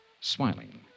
smiling